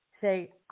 Say